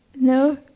No